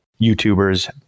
YouTubers